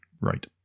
right